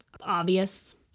obvious